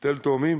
תל-תאומים.